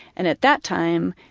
and at that time,